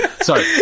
Sorry